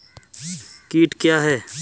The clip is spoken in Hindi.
कीट क्या है?